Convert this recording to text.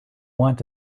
want